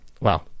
Wow